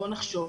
בואו נחשוב.